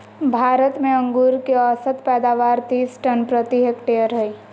भारत में अंगूर के औसत पैदावार तीस टन प्रति हेक्टेयर हइ